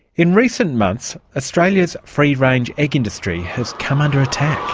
in recent months, australia's free range egg industry has come under attack.